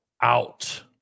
out